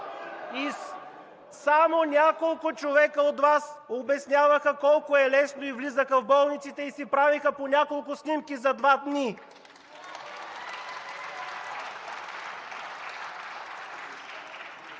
Само няколко човека от Вас обясняваха колко е лесно и влизаха в болниците и си правеха по няколко снимки за два дни?